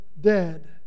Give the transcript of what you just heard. dead